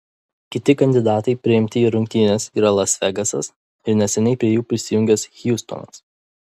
kiti kandidatai priimti į rungtynes yra las vegasas ir neseniai prie jų prisijungęs hjustonas